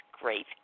great